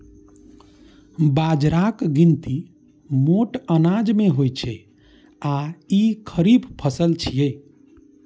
बाजराक गिनती मोट अनाज मे होइ छै आ ई खरीफ फसल छियै